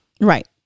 Right